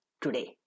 today